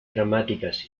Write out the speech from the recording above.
dramáticas